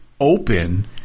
open